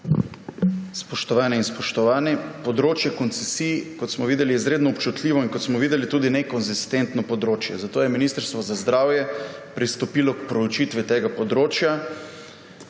Spoštovane in spoštovani! Področje koncesij je, kot smo videli, izredno občutljivo in tudi nekonsistentno področje, zato je Ministrstvo za zdravje pristopilo k proučitvi tega področja.